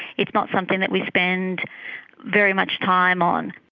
it's not something that we spend very much time on.